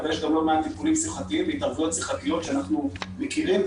אבל יש גם לא מעט טיפולים שיחתיים והתערבויות שיחתיות שאנחנו מכירים,